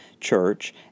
church